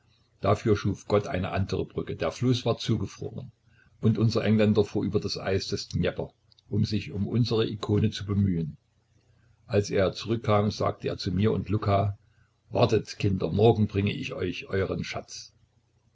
dafür schuf gott eine andere brücke der fluß war zugefroren und unser engländer fuhr über das eis des dnjepr um sich um unsere ikone zu bemühen als er zurückkam sagte er zu mir und luka wartet kinder morgen bringe ich euch euren schatz